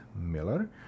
Miller